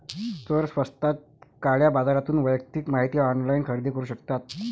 चोर स्वस्तात काळ्या बाजारातून वैयक्तिक माहिती ऑनलाइन खरेदी करू शकतात